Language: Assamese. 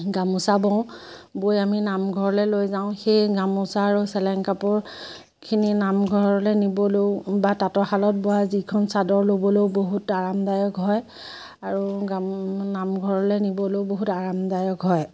গামোচা বওঁ বৈ আমি নামঘৰলৈ লৈ যাওঁ সেই গামোচা আৰু চেলেং কাপোৰ খিনি নামঘৰলৈ নিবলৈও বা তাঁতৰ শালত বোৱা যিখন চাদৰ ল'বলৈও বহুত আৰামদায়ক হয় আৰু গাম নামঘৰলৈ নিবলৈও বহুত আৰামদায়ক হয়